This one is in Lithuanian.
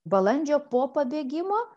balandžio po pabėgimo